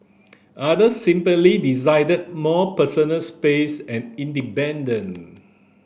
others simply desired more personal space and independence